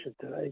today